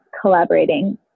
collaborating